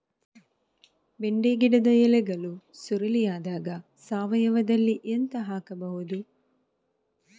ಬೆಂಡೆ ಗಿಡದ ಎಲೆಗಳು ಸುರುಳಿ ಆದಾಗ ಸಾವಯವದಲ್ಲಿ ಎಂತ ಹಾಕಬಹುದು?